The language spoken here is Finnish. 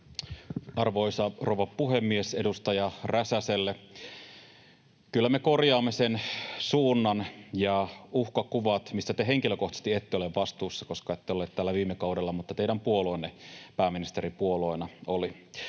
Arvoisa rouva puhemies! Edustaja Räsäselle: Kyllä me korjaamme sen suunnan ja uhkakuvat, mistä te henkilökohtaisesti ette ole vastuussa, koska ette ollut täällä viime kaudella, mutta teidän puolueenne pääministeripuolueena oli.